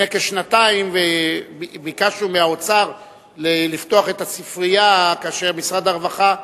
לפני כשנתיים וביקשנו מהאוצר לפתוח את הספרייה כאשר משרד הרווחה,